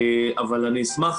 אבל אני אשמח,